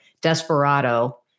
Desperado